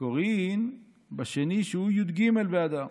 קוראין בשני שהוא יום י"ג באדר.